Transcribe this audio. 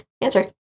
Answer